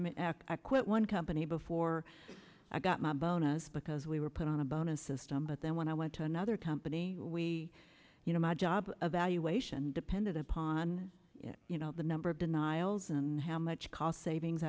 after i quit one company before i got my bonus because we were put on a bonus system but then when i went to another company you know my job evaluation depended upon you know the number of denials and how much cost savings